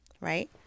right